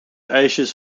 ijsjes